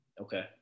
Okay